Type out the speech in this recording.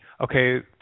okay